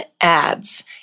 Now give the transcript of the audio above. ads